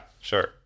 sure